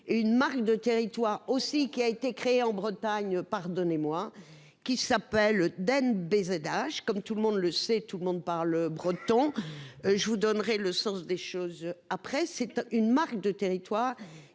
une marque de territoire aussi qui a été créé en Bretagne. Pardonnez-moi, qui s'appelle Le den BZH comme tout le monde le sait, tout le monde parle le breton. Je vous donnerai le sens des choses après c'est une marque de territoire